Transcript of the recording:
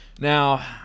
Now